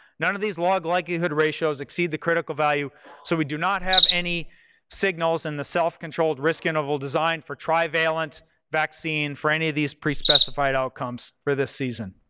none of these log likelihood ratios exceed the critical value so we do not have any signals in the self-controlled risk interval design for trivalent vaccine for any of these pre-specified outcomes for this season.